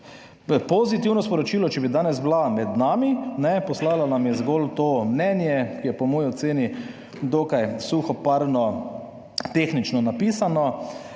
pozitivno sporočilo, če bi danes bila med nami. Poslala nam je zgolj to mnenje, ki je po moji oceni dokaj suhoparno tehnično napisano.